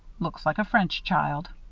looks like a french child.